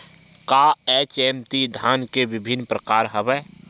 का एच.एम.टी धान के विभिन्र प्रकार हवय?